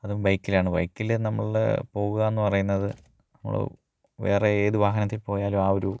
അതും ബൈക്കിലാണ് ബൈക്കിൽ നമ്മൾ പോവുക എന്ന് പറയുന്നത് നമ്മൾ വേറെ ഏത് വാഹനത്തിൽ പോയാലും ആ ഒരു